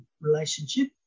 relationship